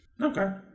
okay